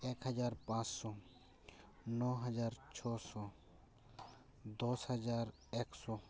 ᱮᱠ ᱦᱟᱡᱟᱨ ᱯᱟᱸᱪᱥᱳ ᱱᱚ ᱦᱟᱡᱟᱨ ᱪᱷᱚᱥᱳ ᱫᱚᱥ ᱦᱟᱡᱟᱨ ᱮᱠᱥᱳ